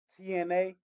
TNA